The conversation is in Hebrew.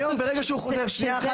ברגע שהוא חוזר --- יוסף,